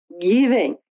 giving